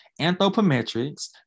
anthropometrics